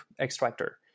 extractor